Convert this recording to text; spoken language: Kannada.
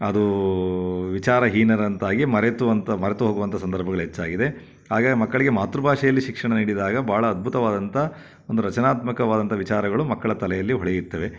ಅದು ವಿಚಾರ ಹೀನರಂತಾಗಿ ಮರೆತು ಅಂತ ಮರೆತು ಹೋಗುವಂಥ ಸಂದರ್ಭಗಳು ಹೆಚ್ಚಾಗಿದೆ ಹಾಗಾಗಿ ಮಕ್ಕಳಿಗೆ ಮಾತೃಭಾಷೆಯಲ್ಲಿ ಶಿಕ್ಷಣ ನೀಡಿದಾಗ ಭಾಳ ಅದ್ಭುತವಾದಂಥ ಒಂದು ರಚನಾತ್ಮಕವಾದಂತಹ ವಿಚಾರಗಳು ಮಕ್ಕಳ ತಲೆಯಲ್ಲಿ ಹೊಳೆಯುತ್ತವೆ